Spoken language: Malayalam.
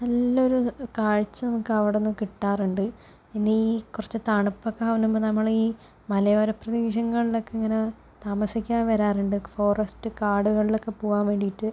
നല്ല ഒരു കാഴ്ച്ച നമുക്ക് അവിടെ നിന്ന് കിട്ടാറുണ്ട് പിന്നെ ഈ കുറച്ച് തണുപ്പൊക്കെ ആവുമ്പോൾ നമ്മൾ ഈ മലയോര പ്രദേശങ്ങളിലൊക്കെ ഇങ്ങനെ താമസിക്കാൻ വരാറുണ്ട് ഫോറസ്റ്റ് കാടുകളിലൊക്കെ പോകാൻ വേണ്ടിയിട്ട്